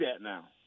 now